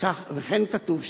וכן כתוב שם: